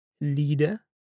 Leader